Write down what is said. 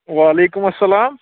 وعلیکُم اَلسلام